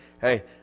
Hey